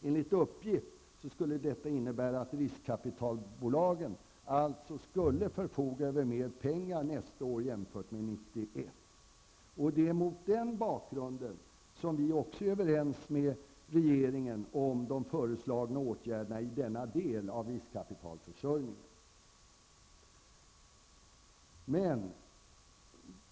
Enligt uppgift skulle detta innebära att riskkapitalbolagen skulle förfoga över mer pengar nästa år jämfört med 1991. Det är mot den bakgrunden som vi är överens med regeringen om de föreslagna åtgärderna i denna del av riskkapitalförsörjningen.